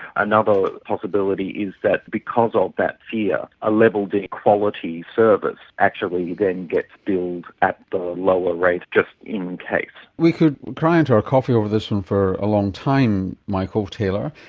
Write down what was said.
another possibility is that because of um that fear, a level d quality service actually then gets billed at the lower rate just in case. we could cry into our coffee over this one for a long time, michael taylor.